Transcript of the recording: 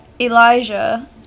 Elijah